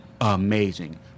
Amazing